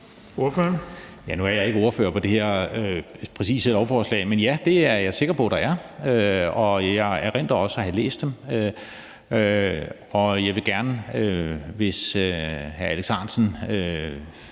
Nu er jeg ikke ordfører på det her præcise område, men ja, det er jeg sikker på der er. Jeg erindrer også at have læst dem. Jeg vil gerne, hvis hr. Alex